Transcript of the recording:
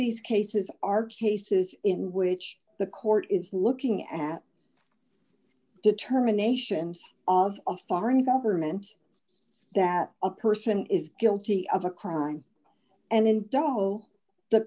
these cases are cases in which the court is looking at determinations of a foreign government that a person is guilty of a crime and